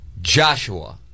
Joshua